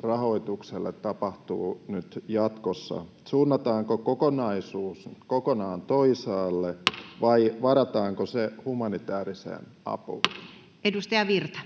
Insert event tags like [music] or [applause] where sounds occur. rahoitukselle siis tapahtuu nyt jatkossa: suunnataanko kokonaisuus kokonaan toisaalle [noise] vai varataanko se humanitääriseen apuun? Edustaja Virta.